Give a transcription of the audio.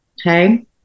okay